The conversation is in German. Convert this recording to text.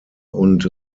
und